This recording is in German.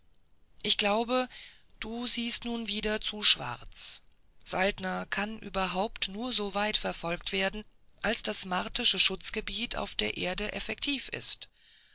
ich glaube du siehst nun wieder zu schwarz saltner kann überhaupt nur so weit verfolgt werden als das martische schutzgebiet auf der erde effektiv ist